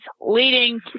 leading